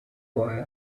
boy